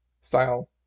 style